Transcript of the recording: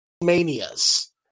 manias